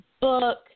book